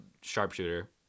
sharpshooter